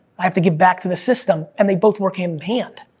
i have to give back to the system, and they both work hand-in-hand.